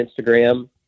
Instagram